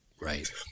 Right